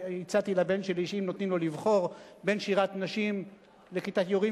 הצעתי לבן שלי שאם נותנים לו לבחור בין שירת נשים לכיתת יורים,